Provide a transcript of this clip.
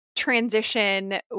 Transition